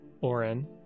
Oren